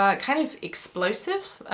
ah kind of explosive,